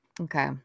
Okay